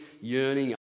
yearning